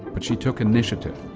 but she took initiative,